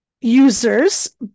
users